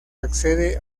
accede